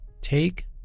Take